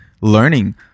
learning